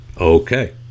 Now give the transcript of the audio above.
okay